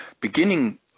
Beginning